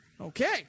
Okay